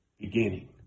beginning